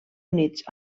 units